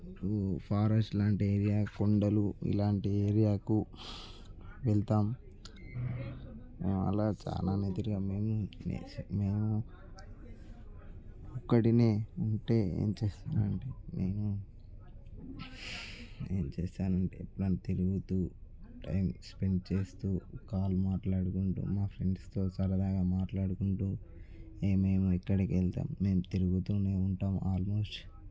forest లాంటి area కొండలు ఇలాంటి ఏరియాకు వెళ్తాం అలా చాలానే తిరిగాము మేము మేము ఒక్కడినే ఉంటే ఏం చేస్తానంటే నేను ఏం చేస్తానంటే తిరుగుతూ టైం స్పెండ్ చేస్తూ కాల్ మాట్లాడుకుంటూ మా ఫ్రెండ్స్తో సరదాగా మాట్లాడుకుంటూ మేము ఎక్కడికి వెళ్తే మేము తిరుగుతూనే ఉంటాం ఆల్మోస్ట్